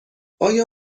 آیا